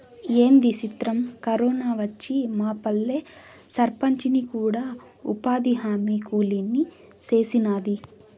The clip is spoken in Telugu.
ఏంది సిత్రం, కరోనా వచ్చి మాపల్లె సర్పంచిని కూడా ఉపాధిహామీ కూలీని సేసినాది